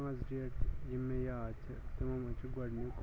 پانٛژھ ڈیٹ یِم مےٚ یاد چھِ تمو مَنٛز چھُ گۄڈٕنیُک